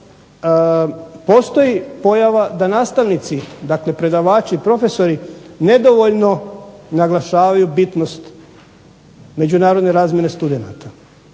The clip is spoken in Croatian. postoji pojava da nastavnici, dakle predavači, profesori nedovoljno naglašavaju bitnost međunarodne razmjene studenata.